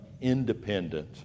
independent